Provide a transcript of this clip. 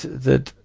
that,